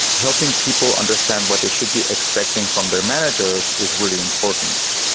helping people understand what they should be expecting from their managers is really important.